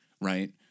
Right